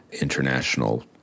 international